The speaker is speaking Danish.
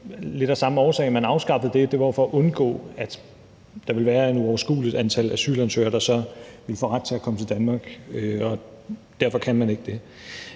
lidt af samme årsag, man afskaffede det. Det var for at undgå, at der ville være et uoverskueligt antal asylansøgere, der så ville få ret til at komme til Danmark. Derfor kan man ikke det.